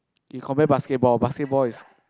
you compare basketball basketball is